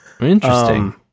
Interesting